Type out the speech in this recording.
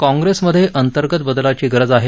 काँप्रेसमधे अंतर्गत बदलांची गरज आहे